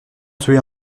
tuer